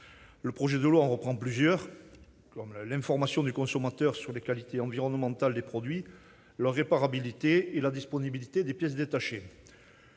Le projet de loi en reprend plusieurs : l'information du consommateur sur les qualités environnementales des produits, leur réparabilité et la disponibilité des pièces détachées,